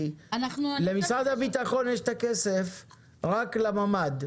כי למשרד הביטחון יש כסף רק לממ"ד,